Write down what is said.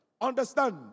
Understand